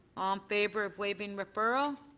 um favor of waiving referral.